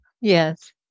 Yes